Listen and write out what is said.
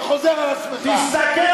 אתה משקר